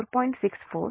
5o ampere లభిస్తుంది